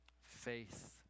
faith